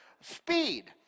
speed